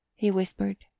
he whispered.